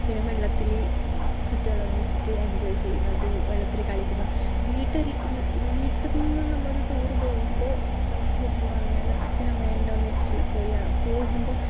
പിന്നെ വെള്ളത്തിൽ കുട്ടികൾ ഒന്നിച്ചിട്ട് എൻജോയ് ചെയ്യുന്നത് വെള്ളത്തിൽ കളിക്കുന്നത് വീട്ടിൽ വീട്ടിൽ നിന്നു നമ്മൾ ഒരു ടൂറ് പോവുമ്പോള് നമുക്ക് ശരിക്കും പറഞ്ഞാല് അച്ഛനും അമ്മയും ആയോണ്ട് ഒന്നിച്ചിട്ടുള്ള പോയാൽ പോകുമ്പോൾ